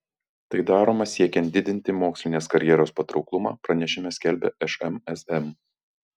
tai daroma siekiant didinti mokslinės karjeros patrauklumą pranešime skelbia šmsm